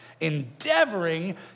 endeavoring